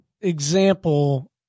example